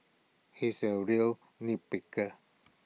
he is A real nip picker